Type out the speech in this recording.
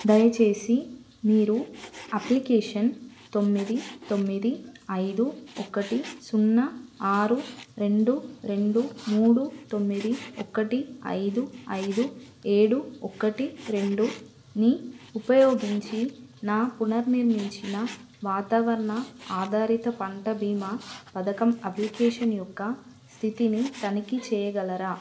దయచేసి మీరు అప్లికేషన్ తొమ్మిది తొమ్మిది ఐదు ఒకటి సున్నా ఆరు రెండు రెండు మూడు తొమ్మిది ఒకటి ఐదు ఐదు ఏడు ఒకటి రెండుని ఉపయోగించి నా పునర్నిర్మించిన వాతావరణ ఆధారిత పంట బీమా పథకం అప్లికేషన్ యొక్క స్థితిని తనిఖీ చేయగలరా